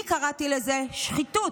אני קראתי לזה שחיתות.